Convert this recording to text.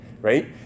right